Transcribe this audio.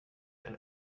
and